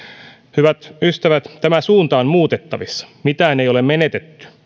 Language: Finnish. hyvät ystävät tämä suunta on muutettavissa mitään ei ole menetetty